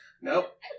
Nope